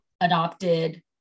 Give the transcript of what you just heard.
adopted